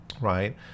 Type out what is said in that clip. right